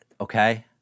Okay